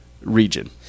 region